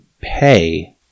pay